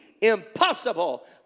impossible